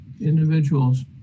individuals